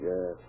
Yes